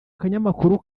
kanyamakuru